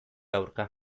aurka